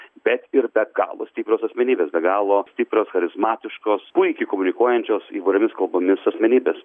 bet ir be galo stiprios asmenybės be galo stiprios charizmatiškos puikiai komunikuojančios įvairiomis kalbomis asmenybės